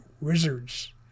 wizards